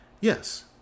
Yes